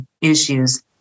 issues